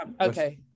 Okay